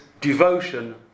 devotion